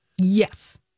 Yes